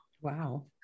wow